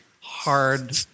hard